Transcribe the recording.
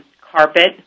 carpet